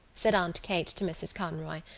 said aunt kate to mrs. conroy,